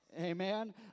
Amen